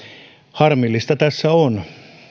harmillista tässä on